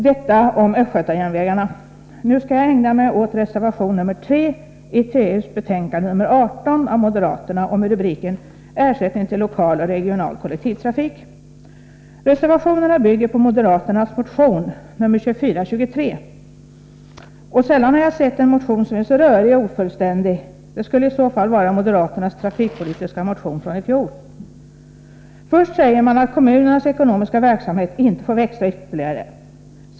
Detta om Östergötland och järnvägen. Jag skall ägna mig åt reservation 3 i trafikutskottets betänkande 18 av moderaterna med rubriken Anslaget Ersättning till lokal och regional kollektiv persontrafik. Reservationen bygger på moderaternas motion 2423. Sällan har jag sett en motion som är så rörig och ofullständig som denna. Det skulle i så fall vara moderaternas trafikpolitiska motion från i fjol. Först säger man att kommunernas ekonomiska verksamhet inte får växa ytterligare.